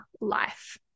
life